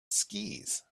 skis